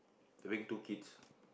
having two kids